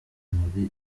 muri